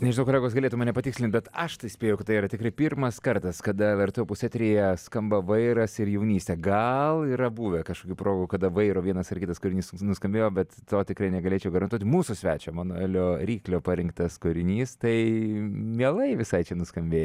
nežinau kolegos galėtų mane patikslint bet aš tai spėju kad tai yra tikrai pirmas kartas kada lrt opus eteryje skamba vairas ir jaunystė gal yra buvę kažkokių progų kada vairo vienas ar kitas kūrinys nuskambėjo bet to tikrai negalėčiau garantuoti mūsų svečio emanuelio ryklio parinktas kūrinys tai mielai visai čia nuskambėj